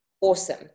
awesome